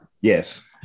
Yes